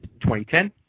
2010